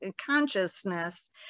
consciousness